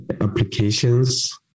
applications